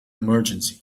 emergency